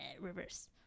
reverse